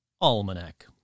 Almanac